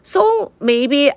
so maybe